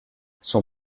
son